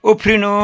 उफ्रिनु